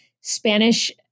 Spanish